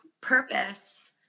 purpose